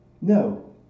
No